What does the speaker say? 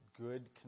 good